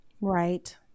Right